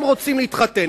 הם רוצים להתחתן,